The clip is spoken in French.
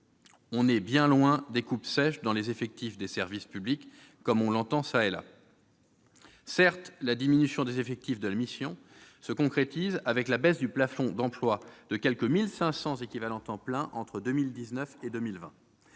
2020, bien loin des coupes sèches dans les effectifs des services publics qui sont évoquées çà et là. Certes, la diminution des effectifs de la mission se concrétise par la baisse du plafond d'emplois de quelque 1 500 équivalents temps plein travaillé entre 2019 et 2020.